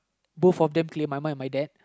both of them claim uh my mum and my dad